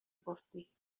گفتی